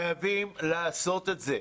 חייבים לעשות את זה.